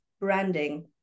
branding